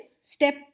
step